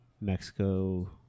Mexico